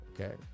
Okay